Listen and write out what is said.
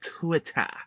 Twitter